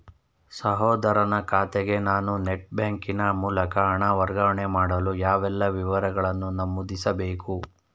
ಸಹೋದರನ ಖಾತೆಗೆ ನಾನು ನೆಟ್ ಬ್ಯಾಂಕಿನ ಮೂಲಕ ಹಣ ವರ್ಗಾವಣೆ ಮಾಡಲು ಯಾವೆಲ್ಲ ವಿವರಗಳನ್ನು ನಮೂದಿಸಬೇಕು?